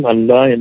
Allah